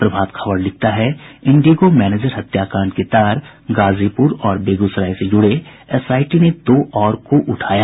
प्रभात खबर लिखता है Indigo manager हत्याकांड के तार गाजीपुर और बेगूसराय से जुड़े एसआईटी ने दो और को उठाया